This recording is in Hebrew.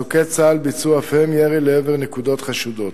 מסוקי צה"ל ביצעו אף הם ירי לעבר נקודות חשודות.